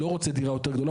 לא רוצה דירה יותר גדולה,